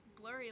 blurry